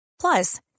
Plus